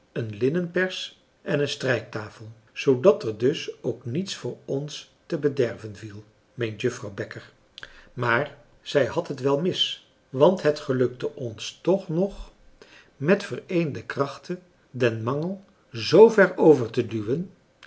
een linnenpers en een strijktafel zoodat er dus ook niets voor ons te bederven viel meent juffrouw bekker maar zij had het wel mis want het gelukte ons toch nog met vereende krachten den mangel zoover over te duwen